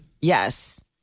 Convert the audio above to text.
Yes